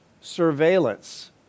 surveillance